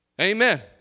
Amen